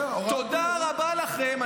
תודה רבה לכם,